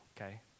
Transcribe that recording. okay